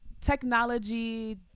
technology